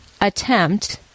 attempt